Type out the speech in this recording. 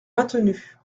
maintenu